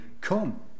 Come